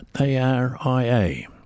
A-R-I-A